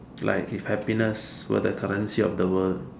like if happiness were the currency of the world